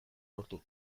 lortu